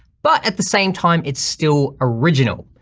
but at the same time, it's still original.